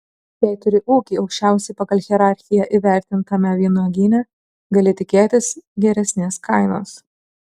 jei turi ūkį aukščiausiai pagal hierarchiją įvertintame vynuogyne gali tikėtis geresnės kainos